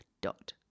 dot